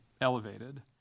elevated